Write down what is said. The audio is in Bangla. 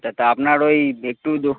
আচ্ছা তা আপনার ওই একটু দো